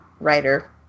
writer